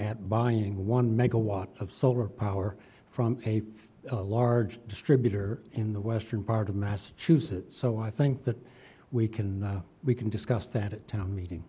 at buying one megawatt of solar power from a large distributor in the western part of massachusetts so i think that we can we can discuss that it down meeting